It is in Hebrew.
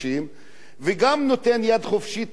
וגם נותן יד חופשית למתנחלים,